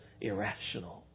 irrational